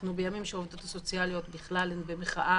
אנחנו בימים שהעובדות הסוציאליות הן במחאה